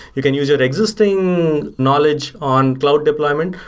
you can use your existing knowledge on cloud deployment,